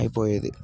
అయిపోయేది